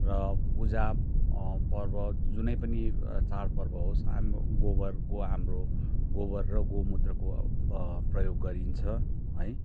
र पूजा पर्व जुनै पनि चाड पर्व होस् हामी गोबरको हाम्रो गोबर र गौमूत्रको प्रयोग गरिन्छ है